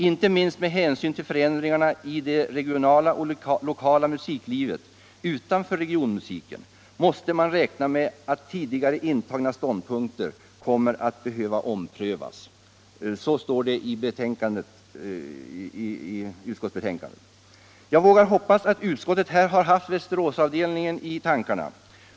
Inte minst med hänsyn till förändringar i det regionala och lokala musiklivet utanför regionmusiken måste man räkna med att tidigare intagna ståndpunkter kommer att behöva omprövas.” Jag vågar hoppas att utskottet här har haft Västeråsavdelningen i tankarna.